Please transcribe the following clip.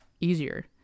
Easier